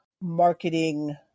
Marketing